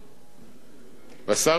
שהוא איש עבודה עם הרבה זכויות,